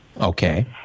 Okay